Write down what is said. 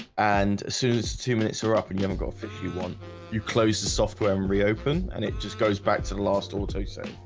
and soon as two minutes are up and you've got fifty one you close the software and um reopen and it just goes back to the last or to say